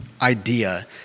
idea